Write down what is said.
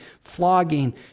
flogging